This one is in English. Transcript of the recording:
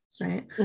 right